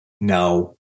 no